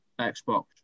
Xbox